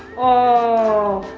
oh,